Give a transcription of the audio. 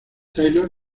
taylor